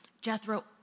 Jethro